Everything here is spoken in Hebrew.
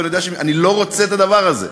ושאני לא רוצה את הדבר הזה,